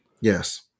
Yes